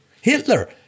Hitler